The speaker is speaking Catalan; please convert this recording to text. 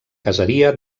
caseria